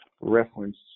reference